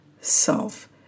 self